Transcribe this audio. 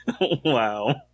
Wow